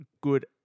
good